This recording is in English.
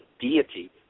deity